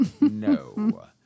No